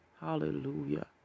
Hallelujah